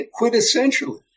quintessentially